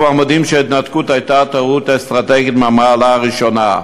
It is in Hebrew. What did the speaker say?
כבר מודים שההתנתקות הייתה טעות אסטרטגית מהמעלה הראשונה,